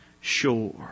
sure